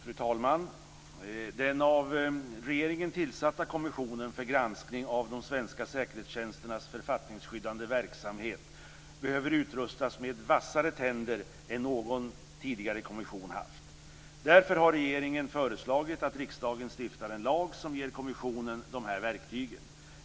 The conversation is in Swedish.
Fru talman! Den av regeringen tillsatta kommissionen för granskning av de svenska säkerhetstjänsternas författningsskyddande verksamhet behöver utrustas med vassare tänder än vad någon tidigare kommission haft. Därför har regeringen föreslagit att riksdagen stiftar en lag som ger kommissionen de här verktygen.